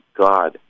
God